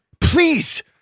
please